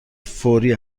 فوری